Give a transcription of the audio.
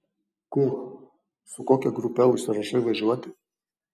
kur su kokia grupe užsirašai važiuoti